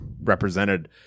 represented